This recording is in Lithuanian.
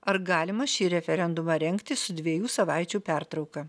ar galima šį referendumą rengti su dviejų savaičių pertrauka